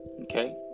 Okay